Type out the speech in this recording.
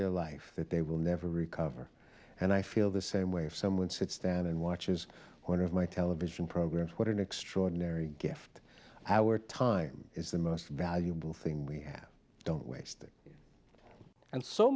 their life that they will never recover and i feel the same way if someone should stand and watch as one of my television programs what an extraordinary gift our time is the most valuable thing we have don't waste it and so